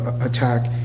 attack